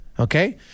Okay